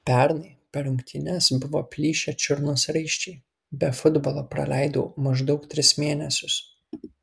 pernai per rungtynes buvo plyšę čiurnos raiščiai be futbolo praleidau maždaug tris mėnesius